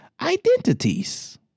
identities